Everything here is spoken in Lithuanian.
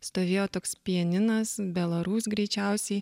stovėjo toks pianinas belarus greičiausiai